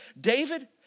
David